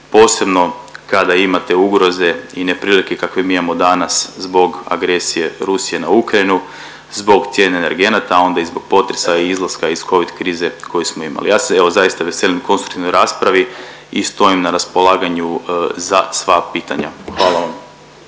posebno kada imate ugroze i neprilike kakve mi imamo danas zbog agresije Rusije na Ukrajinu, zbog cijene energenata, a onda i zbog potresa i izlaska iz kovid krize koju smo imali. Ja se evo zaista veselim konstruktivnoj raspravi i stojim na raspolaganju za sva pitanja. Hvala vam